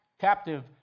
captive